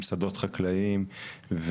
שדות חקלאיים,